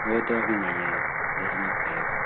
وہ تو ابھی نہیں ہے رانا آ پائے گا